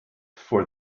for